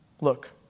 look